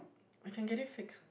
I can get it fixed